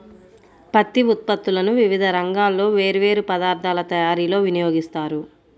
పత్తి ఉత్పత్తులను వివిధ రంగాల్లో వేర్వేరు పదార్ధాల తయారీలో వినియోగిస్తారు